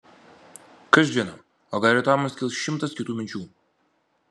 kas žino o gal rytoj mums kils šimtas kitų minčių